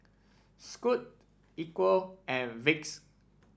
Scoot Equal and Vicks